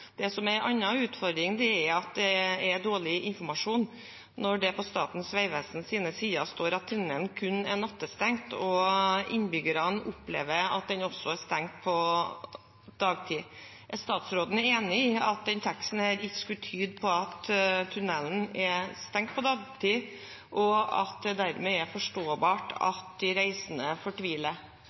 på Statens vegvesens nettsider at tunnelen kun er nattestengt, men innbyggerne opplever at den er stengt også på dagtid. Er statsråden enig i at den teksten ikke skulle tyde på at tunnelen er stengt på dagtid, og at det dermed er forståelig at de reisende fortviler?